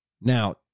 Now